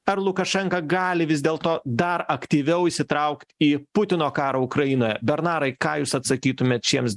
ar lukašenka gali vis dėl to dar aktyviau įsitraukt į putino karą ukrainoje bernarai ką jūs atsakytumėt šiems